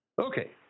Okay